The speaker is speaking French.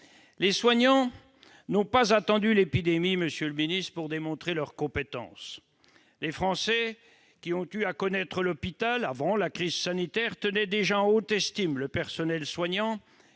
Les soignants n'ont pas attendu l'épidémie pour démontrer leurs compétences. Les Français qui ont eu à connaître l'hôpital avant la crise sanitaire tenaient déjà en haute estime le personnel soignant,